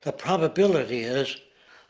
the probability is